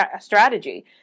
strategy